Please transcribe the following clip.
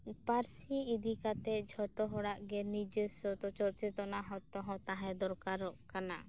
ᱯᱟᱹᱨᱥᱤ ᱤᱫᱤ ᱠᱟᱛᱮ ᱡᱷᱚᱛᱚ ᱦᱚᱲᱟᱜ ᱜᱮ ᱱᱤᱡᱮᱥᱥᱚ ᱛᱚ ᱥᱚᱪᱮᱛᱚᱱᱟ ᱦᱚᱸ ᱛᱟᱦᱮᱸ ᱫᱚᱨᱠᱟᱨᱚᱜ ᱠᱟᱱᱟ